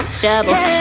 trouble